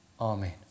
Amen